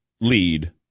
lead